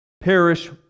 perish